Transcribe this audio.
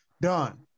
done